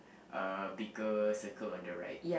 uh bigger circle on the right